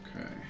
Okay